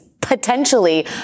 potentially